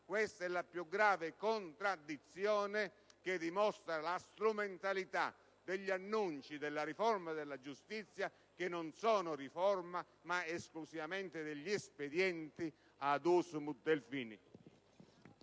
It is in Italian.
Questa è la più grave contraddizione che dimostra la strumentalità degli annunci della riforma della giustizia: non è una riforma, sono esclusivamente espedienti *ad usum Delphini.